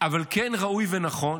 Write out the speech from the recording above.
אבל כן ראוי ונכון